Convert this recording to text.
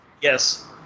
Yes